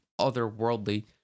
otherworldly